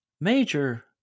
major